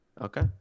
Okay